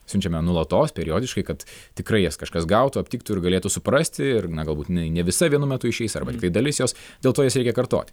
siunčiame nuolatos periodiškai kad tikrai jas kažkas gautų aptiktų ir galėtų suprasti ir na galbūt jinai ne visa vienu metu išeis arba tik dalis jos dėl to jas reikia kartoti